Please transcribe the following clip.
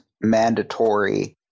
mandatory